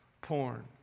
porn